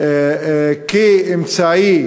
כאמצעי